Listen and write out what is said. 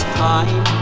time